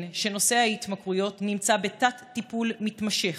שנושא ההתמכרויות נמצא בתת-טיפול מתמשך,